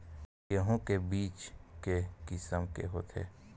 गेहूं के बीज के किसम के होथे?